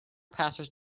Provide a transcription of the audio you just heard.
passwords